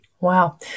Wow